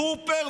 טרופר,